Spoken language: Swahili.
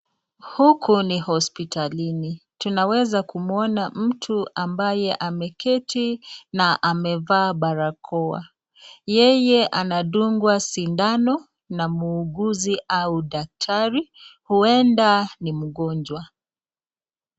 Huku ni hospitalini, tunaweza kumuona mtu ambaye ameketi na amevaa barakoa. Yeye anadungwa sindano na muuguzi au daktari, ueda ni mgonjwa.